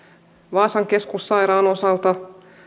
vaasan keskussairaalan osalta